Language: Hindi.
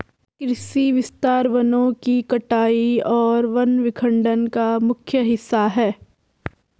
कृषि विस्तार वनों की कटाई और वन विखंडन का मुख्य हिस्सा है